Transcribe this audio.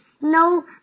Snow